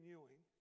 Ewing